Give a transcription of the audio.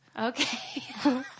okay